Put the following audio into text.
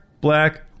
Black